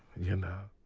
you know.